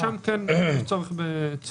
שם כן יש צורך בצפייה.